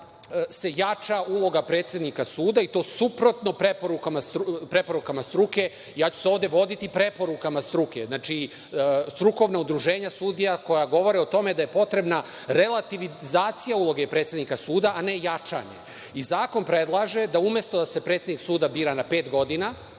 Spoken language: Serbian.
se jača uloga predsednika suda i to suprotno preporukama struke, ja ću se ovde voditi preporukama struke. Strukovna udruženja sudija koja govore o tome da je potrebna relativizacija uloge predsednika suda, a ne jačanje. Zakon predlaže da umesto da se predsednik suda bira na pet godina